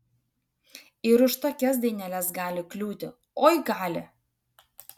ir už tokias daineles gali kliūti oi gali